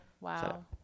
Wow